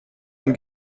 ein